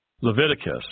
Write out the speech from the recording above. Leviticus